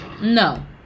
no